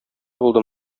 булды